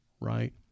right